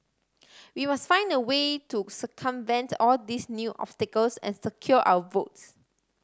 we must find a way to circumvent all these new obstacles and secure our votes